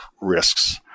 risks